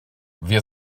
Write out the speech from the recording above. wir